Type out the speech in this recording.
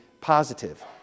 positive